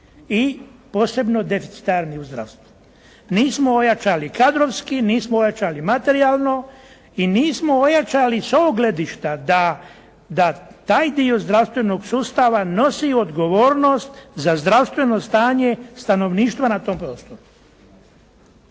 I posebno deficitarni u zdravstvu. Nismo ojačali kadrovski, nismo ojačali materijalno i nismo ojačali s ovom gledišta da taj dio zdravstvenog sustava nosi odgovornost za zdravstveno stanje stanovništva na tom prostoru.